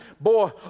boy